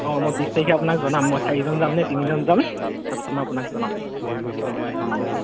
অঁ মই বিছ তাৰিখে আপোনাক জনাম মই চাৰিজন যামনে তিনিজন যাম তাৰপাছত মই আপোনাক জনাম অঁ